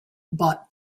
bought